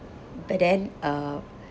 but then uh